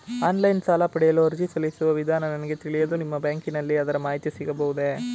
Online ಸಾಲ ಪಡೆಯಲು ಅರ್ಜಿ ಸಲ್ಲಿಸುವ ವಿಧಾನ ನನಗೆ ತಿಳಿಯದು ನಿಮ್ಮ ಬ್ಯಾಂಕಿನಲ್ಲಿ ಅದರ ಮಾಹಿತಿ ಸಿಗಬಹುದೇ?